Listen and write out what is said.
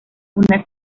una